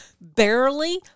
barely